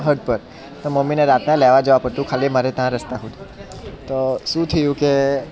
હદ પર તો મમ્મીને રાતના લેવા જવા પડતું ખાલી મારે ત્યાં રસ્તા સુધી તો શું થયું કે